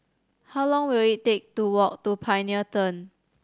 how long will it take to walk to Pioneer Turn